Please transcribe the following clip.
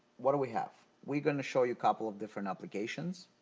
what do we have? we're going to show you a couple of different applications.